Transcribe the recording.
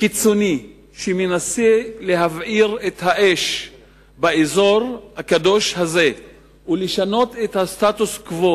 קיצוני שמנסה להבעיר את האש באזור הקדוש הזה ולשנות את הסטטוס-קוו